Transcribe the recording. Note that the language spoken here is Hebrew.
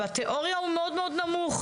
שבתיאוריה הוא מאוד מאוד נמוך.